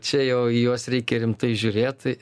čia jau į juos reikia rimtai žiūrėt